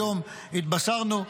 היום התבשרנו,